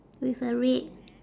with a red